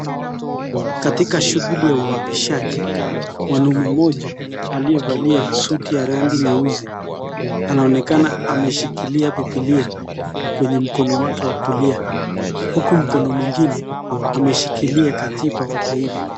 Katika shuguli ya wapishaji mwanaume mmoja alievalia suti ya rangi nyeusi anaonekana ameshikilia bibilia kwenye mkono wake wa kulia huku mkono mwingine ameshikilia katiba wa taifa.